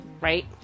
right